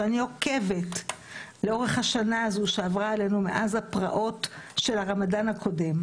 שאני עוקבת לאורך השנה הזאת שעברה עלינו מאז הפרעות של הרמדאן הקודם,